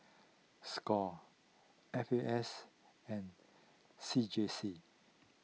Score F A S and C J C